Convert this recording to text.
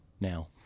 now